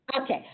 Okay